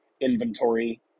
inventory